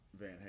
Van